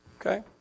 Okay